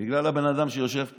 בגלל הבן אדם שיושב פה.